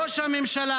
ראש הממשלה,